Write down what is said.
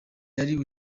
yari